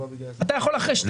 לא.